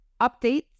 updates